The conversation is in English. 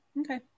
Okay